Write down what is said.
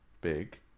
big